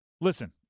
Listen